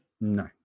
No